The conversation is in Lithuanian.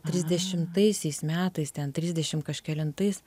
trisdešimtaisiais metais ten trisdešim kažkelintais